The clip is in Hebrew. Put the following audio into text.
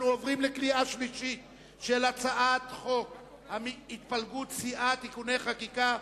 אנחנו עוברים לקריאה שלישית של הצעת חוק התפלגות סיעה (תיקוני חקיקה),